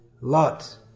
lot